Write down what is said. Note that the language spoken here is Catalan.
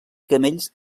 camells